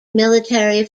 military